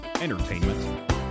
entertainment